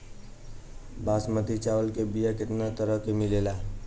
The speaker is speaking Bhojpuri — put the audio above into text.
बासमती चावल के बीया केतना तरह के मिलेला?